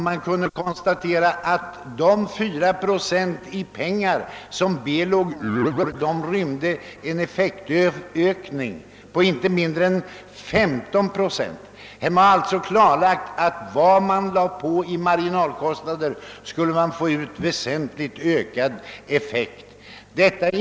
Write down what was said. Men vi kunde konstatera att de 4 procent i pengar som B låg över A rymde en effektökning på inte mindre än 15 procent. Det var alltså klarlagt att vad man lade på i marginalkostnader skulle man få ut i flerdubbelt ökad effekt.